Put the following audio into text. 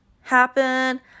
happen